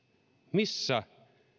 missä